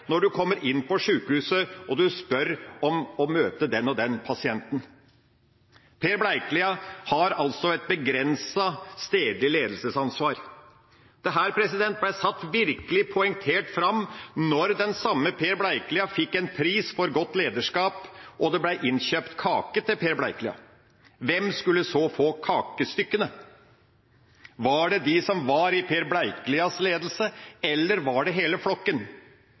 når du kommer inn på sjukehuset, og du spør om å få møte den og den pasienten. Per Bleikelia har altså et begrenset stedlig ledelsesansvar. Dette ble satt virkelig poengtert fram da den samme Per Bleikelia fikk en pris for godt lederskap, og det ble innkjøpt kake til Per Bleikelia. Hvem skulle så få kakestykkene? Var det de som var i Per Bleikelias ledelse, eller var det hele flokken?